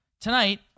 Tonight